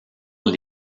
maur